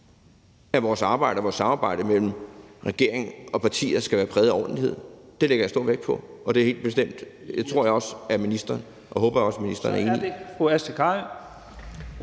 altid synes, at vores samarbejde mellem regering og partier skal være præget af ordentlighed. Det lægger jeg stor vægt på, og det tror og håber jeg også ministeren er enig i.